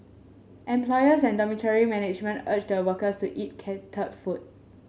employers and dormitory management urge the workers to eat catered food